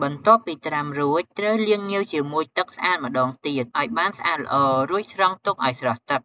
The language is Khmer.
បន្ទាប់ពីត្រាំរួច ត្រូវលាងងាវជាមួយទឹកស្អាតម្ដងទៀតឱ្យបានស្អាតល្អ រួចស្រង់ទុកឱ្យស្រស់ទឹក។